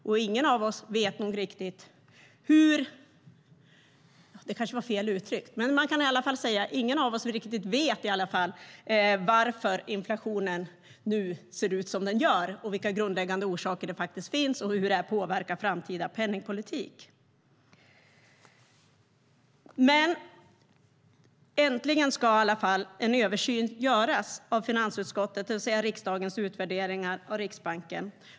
Och ingen av oss vet riktigt varför inflationen ser ut som den gör nu, vilka grundläggande orsaker det finns och hur det påverkar framtida penningpolitik. Nu ska i alla fall en översyn äntligen göras av finansutskottets, det vill säga riksdagens, utvärderingar av Riksbanken.